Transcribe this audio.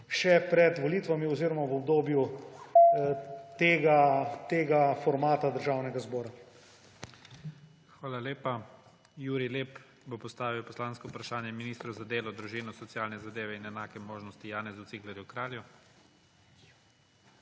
še pred volitvami oziroma v obdobju tega formata državnega zbora.